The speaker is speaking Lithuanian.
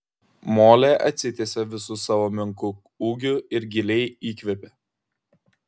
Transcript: molė atsitiesė visu savo menku ūgiu ir giliai įkvėpė